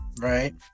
right